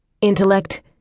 intellect